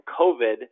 COVID